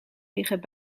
liggen